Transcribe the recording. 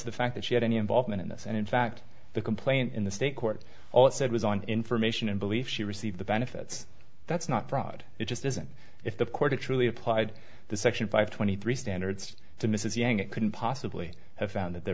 to the fact that she had any involvement in this and in fact the complaint in the state court all it said was on information and belief she received the benefits that's not fraud it just isn't if the court actually applied the section five twenty three standards to mrs yang it couldn't possibly have found that there